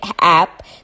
app